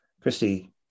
Christy